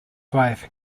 wife